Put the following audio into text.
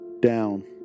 down